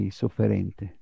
sofferente